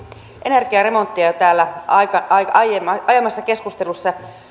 energiaremonttia täällä aiemmassa keskustelussa